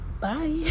bye